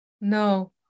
No